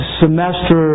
semester